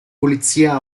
polizia